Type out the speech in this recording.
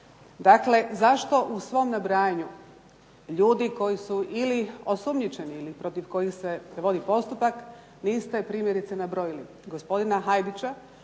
Dakle, zašto u svom nabrajanju ljudi koji su ili osumnjičeni ili protiv kojih se vodi postupak niste primjerice nabrojili gospodina Hajdića